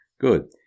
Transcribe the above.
Good